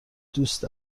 دوست